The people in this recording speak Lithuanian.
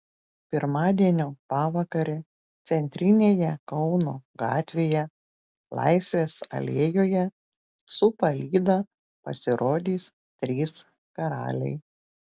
pirmadienio pavakarę centrinėje kauno gatvėje laisvės alėjoje su palyda pasirodys trys karaliai